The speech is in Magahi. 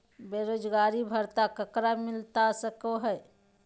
बेरोजगारी भत्ता ककरा मिलता सको है?